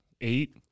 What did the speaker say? Eight